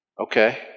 Okay